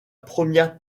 première